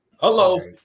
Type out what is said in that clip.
Hello